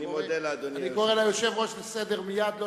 אני קורא את היושב-ראש לסדר מייד.